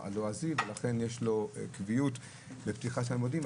הלועזי, ולכן יש לו קביעות בפתיחת שנת הלימודים.